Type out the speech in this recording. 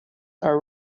are